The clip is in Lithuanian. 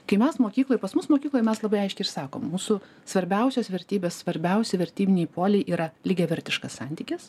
kai mes mokykloj pas mus mokykloj mes labai aiškiai išsakom mūsų svarbiausios vertybės svarbiausi vertybiniai poliai yra lygiavertiškas santykis